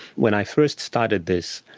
when i first started this,